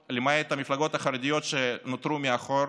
המפלגות, למעט המפלגות החרדיות, שנותרו מאחור,